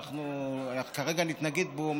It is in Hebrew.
שכרגע נתנגד לו,